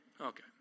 Okay